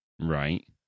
Right